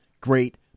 great